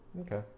Okay